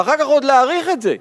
ואחר כך עוד להאריך את זה,